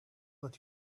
let